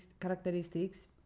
characteristics